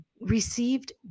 received